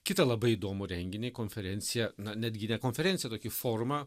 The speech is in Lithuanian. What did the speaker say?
kitą labai įdomų renginį konferenciją na netgi ne konferenciją tokį forumą